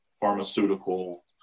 pharmaceutical